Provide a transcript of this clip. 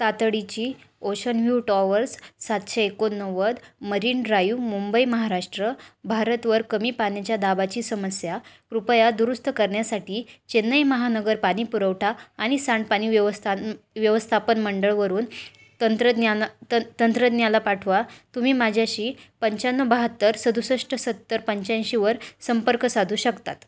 तातडीची Ocean View Towers सातशे एकोणनव्वद मरीन ड्राईव्ह मुंबई महाराष्ट्र भारतवर कमी पाण्याच्या दाबाची समस्या कृपया दुरुस्त करण्यासाठी चेन्नई महानगर पाणी पुरवठा आणि सांडपाणी व्यवस्थान व्यवस्थापन मंडळवरून तंत्रज्ञाान त तंत्रज्ञाला पाठवा तुम्ही माझ्याशी पंच्याण्णव बाहत्तर सदुसष्ट सत्तर पंच्याऐंशीवर संपर्क साधू शकतात